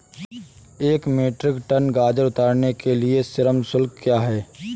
एक metric tonne गाजर उतारने के लिए श्रम शुल्क क्या है?